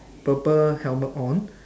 purple helmet on